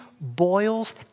boils